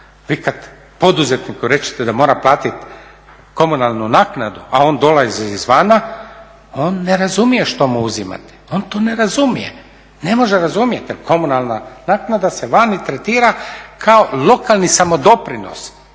Vi kad poduzetniku rečete da mora platiti komunalnu naknadu, a on dolazi izvana, on ne razumije što mu uzimate, on to ne razumije. Ne može razumjet jer komunalna naknada se vani tretira kao lokalni samodoprinos.